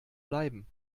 bleiben